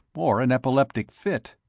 or an epileptic fit.